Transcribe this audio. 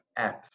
apps